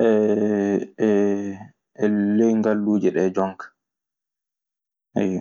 E ley ngalluuje ɗee jonka, ayyo.